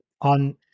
on